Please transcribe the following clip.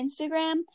Instagram